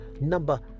number